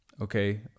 okay